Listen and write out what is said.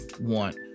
want